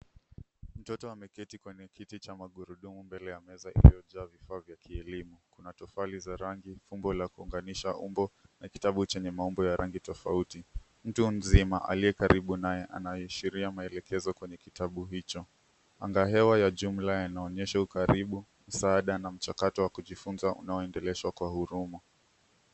Mtoto ameketi kwenye kiti cha magurudumu mbele ya meza iliojaa vifaa vya kielimu. Kuna tofali za rangi, umbo la kuunganisha umbo na kitabu chenye maumbo ya rangi tofauti. Mtu mzima aliye karibu naye anayishiria maelekezo kwenye kitabu hicho. Angahewa ya jumla yanaonyesha ukaribu, msaada na mchakato wa kujifunza unaoendeleshwa kwa huruma.